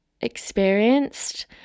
experienced